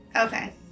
Okay